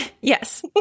Yes